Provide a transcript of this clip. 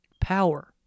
Power